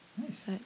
Nice